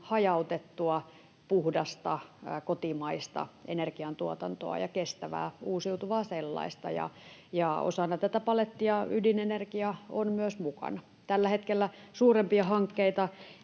hajautettua puhdasta kotimaista energiantuotantoa ja kestävää, uusiutuvaa sellaista, ja osana tätä palettia ydinenergia on myös mukana. Tällä hetkellä suurempia hankkeita